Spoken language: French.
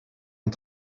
est